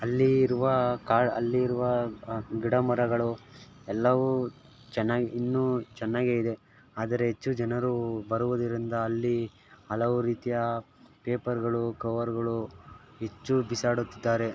ಅಲ್ಲಿ ಇರುವ ಕಾ ಅಲ್ಲಿರುವ ಗಿಡ ಮರಗಳು ಎಲ್ಲವೂ ಚೆನ್ನಾಗಿ ಇನ್ನೂ ಚೆನ್ನಾಗಿಯೇ ಇದೆ ಆದರೆ ಹೆಚ್ಚು ಜನರು ಬರುವುದರಿಂದ ಅಲ್ಲಿ ಹಲವು ರೀತಿಯ ಪೇಪರ್ಗಳು ಕವರ್ಗಳು ಹೆಚ್ಚು ಬಿಸಾಡುತ್ತಿದ್ದಾರೆ